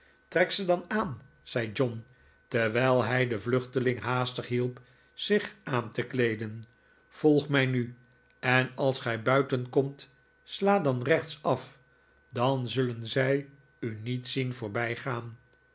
trek ze dan aan zei john terwijl hij den vluchteling haastig hielp zich aan te kleeden volg mij nu en als gij buiten komt sla dan rechtsaf dan zullen zij u niet zien voorbijgaan